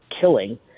killing